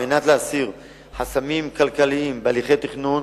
על מנת להסיר חסמים כלכליים בהליכי תכנון